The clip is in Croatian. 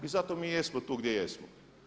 I zato mi jesmo tu gdje jesmo.